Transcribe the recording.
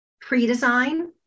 pre-design